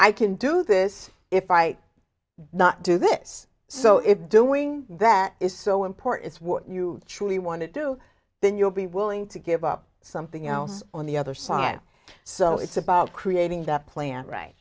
i can do this if i not do this so if doing that is so important what you truly want to do then you'll be willing to give up something else on the other side so it's about creating that plan right